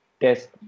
test